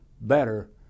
better